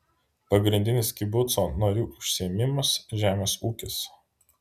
pagrindinis kibuco narių užsiėmimas žemės ūkis